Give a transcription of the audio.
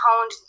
toned